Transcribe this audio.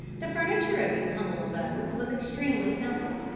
the furniture of these humble abodes was extremely simple.